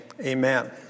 amen